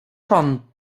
pan